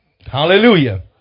Hallelujah